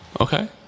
Okay